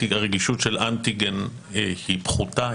הרגישות של אנטיגן היא פחותה,